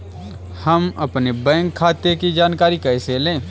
हम अपने बैंक खाते की जानकारी कैसे लें?